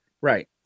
Right